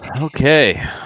okay